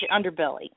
underbelly